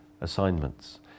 assignments